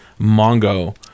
Mongo